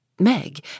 Meg